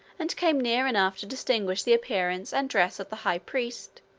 and came near enough to distinguish the appearance and dress of the high priest,